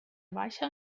baixa